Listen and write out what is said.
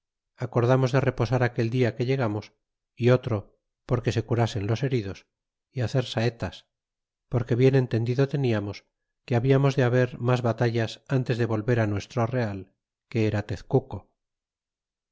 acordamos de reposar aquel dia que llegamos é otro porque se curasen los heridos y hacer saetas porque bien entendido teniamos que habiamos de haber mas batallas ntes de volver á nuestro real que era tezcuco